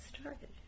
started